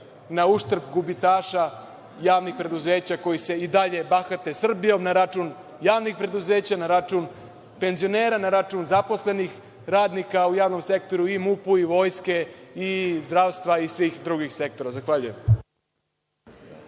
na uštrb gubitaša javnih preduzeća, koji se i dalje bahate Srbijom na račun javnih preduzeća, na račun penzionera, na račun zaposlenih radnika u javnom sektoru, i MUP, i Vojske i zdravstva, i svih drugih sektora. Zahvaljujem.